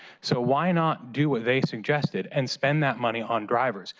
so, why not do what they suggested and spend that money on drivers,